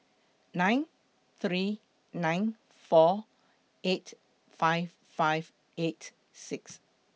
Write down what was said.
nine three nine four eight five five eight six